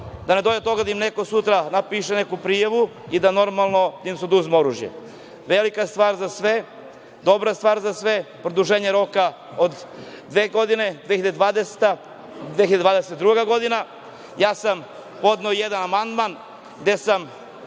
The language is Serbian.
da ne dođe do toga da im neko sutra napiše neku prijavu i da im se oduzme oružje. Velika stvar za sve, dobra stvar za sve, produženje roka od dve godine, 2020-2022. godina. Podneo sam jedan amandman gde sam